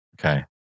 Okay